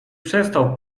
przestał